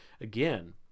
Again